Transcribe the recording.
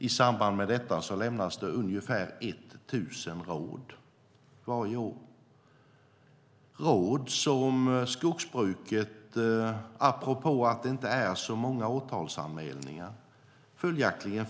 I samband med det lämnas ungefär tusen råd varje år. Det är råd som skogsbruket uppenbarligen följer; det inte är så många åtalsanmälningar.